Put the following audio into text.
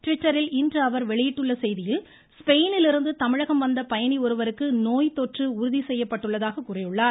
ட்விட்டரில் இன்று அவர் வெளியிட்டுள்ள செய்தியில் ஸ்பெயினிலிருந்து தமிழகம் வந்த பயணி ஒருவருக்கு நோய் தொற்று உறுதி செய்யப்பட்டுள்ளதாக கூறியுள்ளார்